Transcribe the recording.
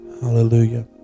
hallelujah